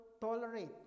tolerate